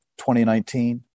2019